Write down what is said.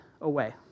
away